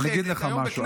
אני אגיד לך משהו.